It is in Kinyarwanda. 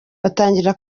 batangira